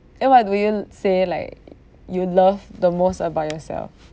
and what do you l~ say like you love the most about yourself